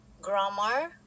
grammar